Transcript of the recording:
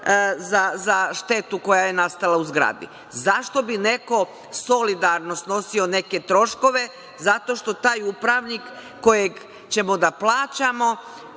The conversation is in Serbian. za štetu koja je nastala u zgradi? Zašto bi neko solidarno snosio neke troškove zato što taj upravnik kojeg ćemo da plaćamo,